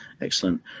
Excellent